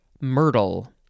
myrtle